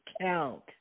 count